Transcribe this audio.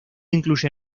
incluye